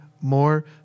more